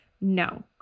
no